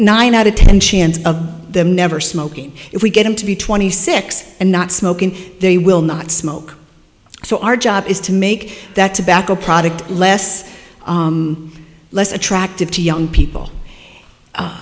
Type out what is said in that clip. nine out of ten of them never smoking if we get them to be twenty six and not smoke and they will not smoke so our job is to make that tobacco product less less attractive to young people